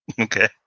Okay